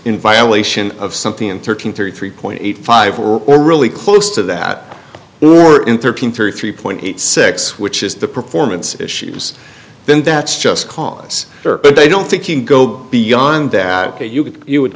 in violation of something in thirteen thirty three point eight five or really close to that or in thirteen through three point eight six which is the performance issues then that's just cause they don't think you can go beyond that that you could you would